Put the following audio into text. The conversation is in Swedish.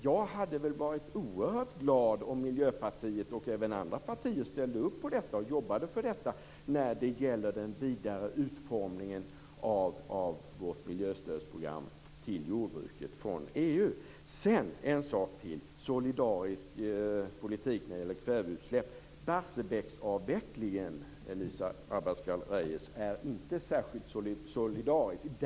Jag hade varit oerhört glad om Miljöpartiet och även andra partier ställde upp på detta och jobbade för det när det gäller den vidare utformningen av miljöstödsprogrammet till jordbruket från EU. Jag vill ta upp ytterligare en fråga, nämligen solidarisk politik när det gäller kväveutsläpp. Barsebäcksavvecklingen, Elisa Abascal Reyes, är inte särskilt solidarisk.